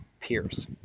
peers